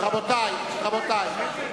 רבותי, רבותי.